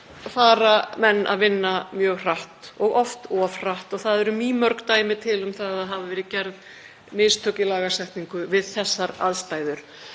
fara menn að vinna mjög hratt og oft of hratt og til eru mýmörg dæmi um að gerð hafi verið mistök í lagasetningu við þær aðstæður.